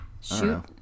Shoot